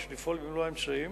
שיש לפעול במלוא האמצעים